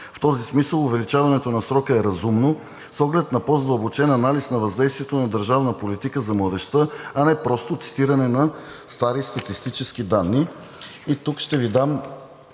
В този смисъл увеличаването на срока е разумно с оглед на по-задълбочен анализ на въздействието на държавната политика за младежта, а не просто цитиране на стари статистически данни.